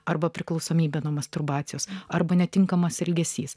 arba priklausomybė nuo masturbacijos arba netinkamas elgesys